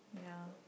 ya